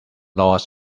loss